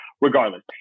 regardless